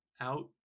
out